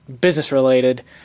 business-related